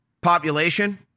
population